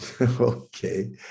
Okay